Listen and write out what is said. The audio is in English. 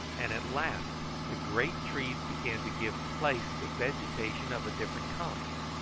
and at last the great trees began to give place to vegetation of a different kind.